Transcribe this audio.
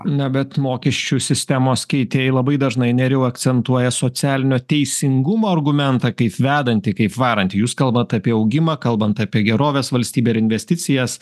na bet mokesčių sistemos kei tei labai dažnai nerijau akcentuoja socialinio teisingumo argumentą kaip vedantį kaip varantį jūs kalbat apie augimą kalbant apie gerovės valstybę ir investicijas